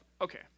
Okay